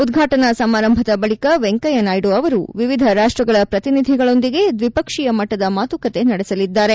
ಉದ್ಘಾಟನಾ ಸಮಾರಂಭದ ಬಳಿಕ ವೆಂಕಯ್ದನಾಯ್ದು ಅವರು ವಿವಿಧ ರಾಷ್ಷಗಳ ಪ್ರತಿಯೊಂದಿಗೆ ದ್ವಿಪಕ್ಷೀಯ ಮಟ್ಟದ ಮಾತುಕತೆ ನಡೆಸಲಿದ್ದಾರೆ